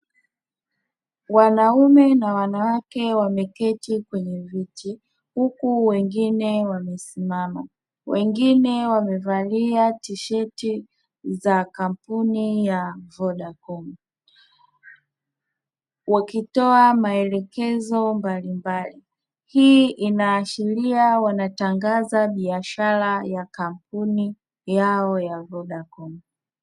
Wanaume na wanawake wameketi kwenye viti huku wengine wamesimama, wengine wamevalia tisheti za kampuni ya Vodacom wakitoa maelekezo mbalimbali, hii wanaashiria wanatangaza biashara ya kampuni yao ya Vodacom.